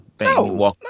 no